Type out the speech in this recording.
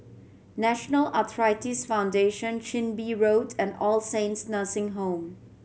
National Arthritis Foundation Chin Bee Road and All Saints Nursing Home